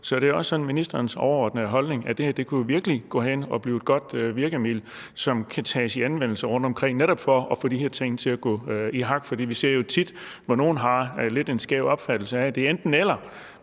Så er det også ministerens overordnede holdning, at det her virkelig kunne gå hen og blive et godt virkemiddel, som kan tages i anvendelse rundtomkring netop for at få de her ting til at falde i hak? Vi ser jo tit, at nogle har en lidt skæv opfattelse af, at det er enten-eller,